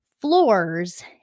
floors